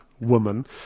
woman